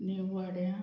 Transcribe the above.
निव वाड्या